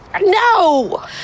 No